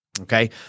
okay